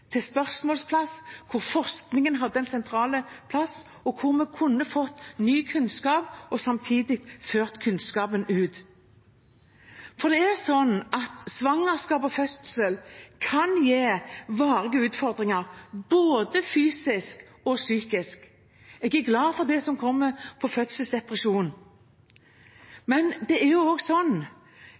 til et sted for spørsmål, hvor forskningen hadde en sentral plass, og hvor vi kunne fått ny kunnskap og samtidig ført kunnskapen ut. For det er sånn at svangerskap og fødsel kan gi varige utfordringer, både fysisk og psykisk. Jeg er glad for det som kommer på fødselsdepresjon. Men det er